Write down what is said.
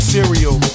Cereal